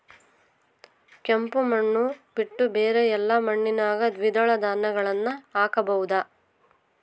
ಕೆಂಪು ಮಣ್ಣು ಬಿಟ್ಟು ಬೇರೆ ಎಲ್ಲಾ ಮಣ್ಣಿನಾಗ ದ್ವಿದಳ ಧಾನ್ಯಗಳನ್ನ ಹಾಕಬಹುದಾ?